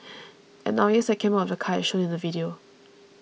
and now yes I came out of the car as shown on the video